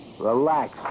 Relax